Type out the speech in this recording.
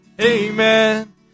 Amen